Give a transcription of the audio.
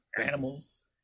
animals